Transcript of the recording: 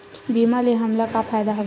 बीमा ले हमला का फ़ायदा हवय?